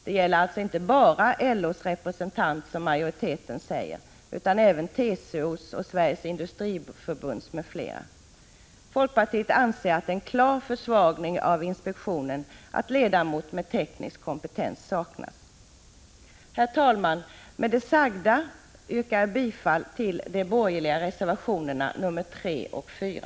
Det gäller alltså inte bara LO:s representant, som majoriteten säger, utan även TCO:s och Sveriges industriförbunds m.fl. 43 Folkpartiet anser att det är en klar försvagning av inspektionen att en ledamot med teknisk kompetens saknas. Herr talman! Med det sagda yrkar jag bifall till de borgerliga reservationerna 3 och 4.